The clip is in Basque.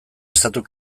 estatu